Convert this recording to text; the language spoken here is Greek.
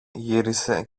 γύρισε